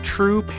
True